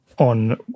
On